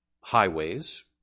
highways